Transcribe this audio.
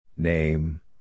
Name